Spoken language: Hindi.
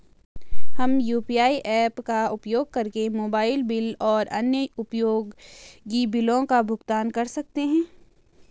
हम यू.पी.आई ऐप्स का उपयोग करके मोबाइल बिल और अन्य उपयोगी बिलों का भुगतान कर सकते हैं